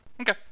Okay